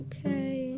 Okay